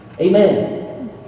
Amen